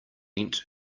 vent